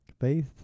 Faith